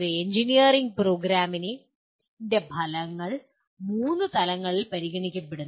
ഒരു എഞ്ചിനീയറിംഗ് പ്രോഗ്രാമിന്റെ ഫലങ്ങൾ മൂന്ന് തലങ്ങളിൽ പരിഗണിക്കപ്പെടുന്നു